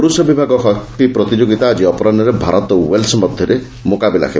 ପୁରୁଷ ବିଭାଗ ହକି ପ୍ରତିଯୋଗିତା ଆକ୍ଟି ଅପରାହୁରେ ଭାରତ ଓ ୱେଲ୍ସ୍ ମଧ୍ୟରେ ମୁକାବିଲା ହେବ